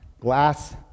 glass